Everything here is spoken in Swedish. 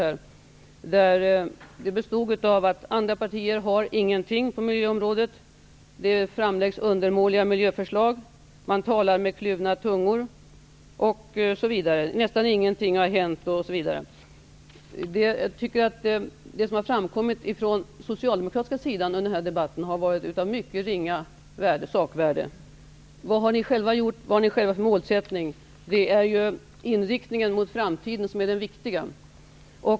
Jag lade märke till att andra partier enligt hennes uppfattning inte har någonting att komma med på miljöområdet: Det framläggs undermåliga miljöförslag, man talar med kluvna tungor, nästan ingenting har hänt, osv. Jag tycker att det som har framkommit från den socialdemokratiska sidan under den här debatten har varit av mycket ringa sakvärde. Vad har ni själva gjort, vad har ni själva för målsättning? Det är ju inriktningen mot framtiden som är det viktiga.